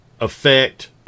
affect